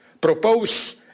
propose